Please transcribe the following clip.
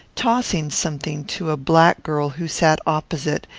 tossing something to a black girl who sat opposite,